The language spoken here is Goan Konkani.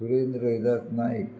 हुरेंद रोहिदास नायक